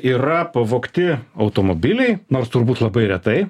yra pavogti automobiliai nors turbūt labai retai